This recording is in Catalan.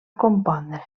compondre